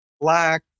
black